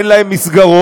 אין להם מסגרות,